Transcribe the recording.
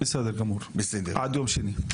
בסדר גמור, עד יום שני.